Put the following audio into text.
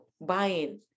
buying